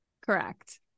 Correct